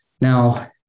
now